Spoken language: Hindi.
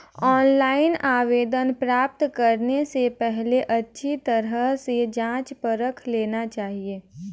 ऑनलाइन आवेदन प्राप्त करने से पहले अच्छी तरह से जांच परख लेना चाहिए